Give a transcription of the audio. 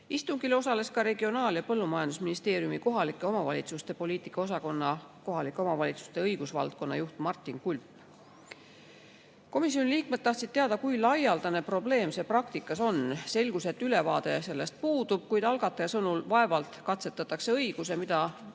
osales ka Regionaal- ja Põllumajandusministeeriumi kohalike omavalitsuste poliitika osakonna kohalike omavalitsuste õigusvaldkonna juht Martin Kulp. Komisjoni liikmed tahtsid teada, kui laialdane probleem see praktikas on. Selgus, et ülevaade sellest puudub, kuid algataja sõnul vaevalt katsetatakse õigusega, mida